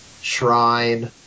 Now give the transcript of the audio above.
Shrine